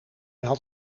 had